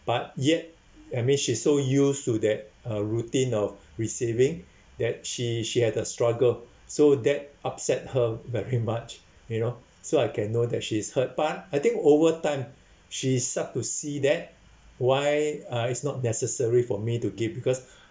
but yet I mean she's so used to that uh routine of receiving that she she had a struggle so that upset her very much you know so I can know that she's hurt but I think over time she start to see that why uh it's not necessary for me to give because